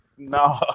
No